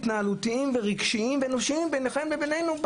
התנהלותיים ורגשיים ואנושיים ביניכם לביננו,